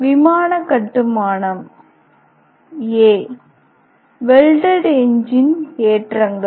விமான கட்டுமானம் a welded engine ஏற்றங்கள்